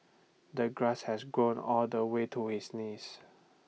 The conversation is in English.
the grass had grown all the way to his knees